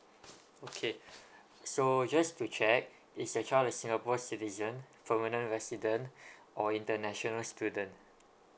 okay so just to check is your child a singapore citizen permanent resident or international student